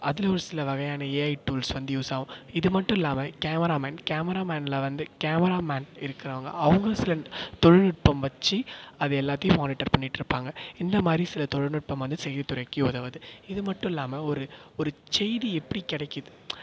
அதில் ஒரு சில வகையான ஏஐ டூல்ஸ் வந்து யூஸ் ஆகும் இது மட்டுமில்லாம கேமராமேன் கேமராமேனில் வந்து கேமராமேன் இருக்கிறவங்க அவங்க சில தொழில்நுட்பம் வச்சு அது எல்லாத்தையும் மானிட்டர் பண்ணிக்கிட்டுருப்பாங்க இந்த மாதிரி சில தொழில்நுட்பம் வந்து செய்தித்துறைக்கு உதவுது இது மட்டுமில்லாமல் ஒரு ஒரு செய்தி எப்படி கிடைக்கிது